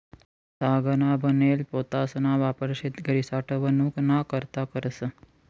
तागना बनेल पोतासना वापर शेतकरी साठवनूक ना करता करस